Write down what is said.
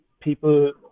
people